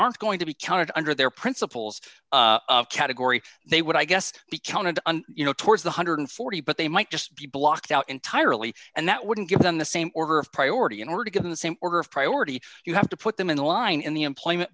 aren't going to be counted under their principles category they would i guess be counted you know towards the one hundred and forty but they might just be blocked out entirely and that wouldn't give them the same order of priority in order to give the same order of priority you have to put them in the line in the employment